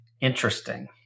interesting